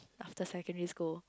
after secondary school